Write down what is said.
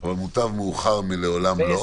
אבל מוטב מאוחר מלעולם לא.